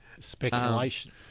speculation